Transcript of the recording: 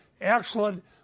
excellent